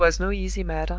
it was no easy matter,